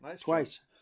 Twice